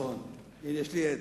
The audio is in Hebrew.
נכון, הנה, יש לי עד.